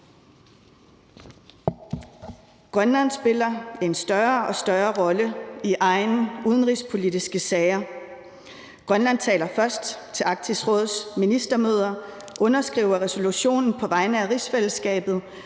Grønland spiller en større og større rolle i egne udenrigspolitiske sager. Grønland taler først til Arktisk Råds ministermøder og underskriver resolutioner på vegne af rigsfællesskabet,